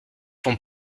font